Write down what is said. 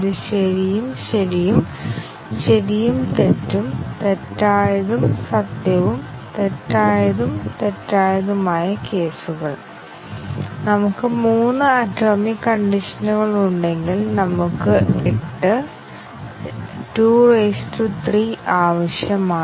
എല്ലാ പ്രസ്താവനകളും ഒരു തവണയെങ്കിലും നടപ്പിലാക്കുകയോ കവർ ചെയ്യുകയോ ചെയ്യുന്ന ടെസ്റ്റ് കേസുകൾ ഞങ്ങൾ എഴുതുന്നു കാരണം ഒരു പ്രസ്താവന നടപ്പിലാക്കുന്നില്ലെങ്കിൽ ആ പ്രസ്താവനയിൽ എന്തെങ്കിലും പ്രശ്നമുണ്ടോ എന്ന് നിങ്ങൾക്ക് അറിയില്ല